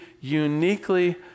uniquely